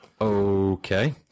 Okay